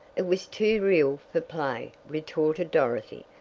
it was too real for play, retorted dorothy.